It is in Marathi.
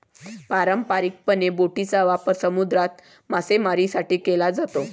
पारंपारिकपणे, बोटींचा वापर समुद्रात मासेमारीसाठी केला जातो